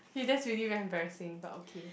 K that's really very embarrassing but okay